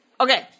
Okay